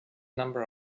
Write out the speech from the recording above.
number